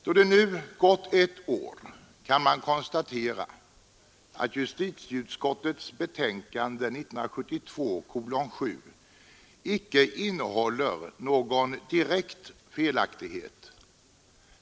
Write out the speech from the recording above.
Då det nu gått ett år kan man säga att justitieutskottets betänkande nr 7 år 1972 icke innehåller någon direkt felaktighet.